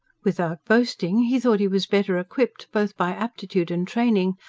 without boasting, he thought he was better equipped, both by aptitude and training,